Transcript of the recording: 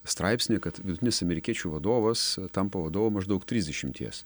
straipsnį kad vidutinis amerikiečių vadovas tampa vadovu maždaug trisdešimties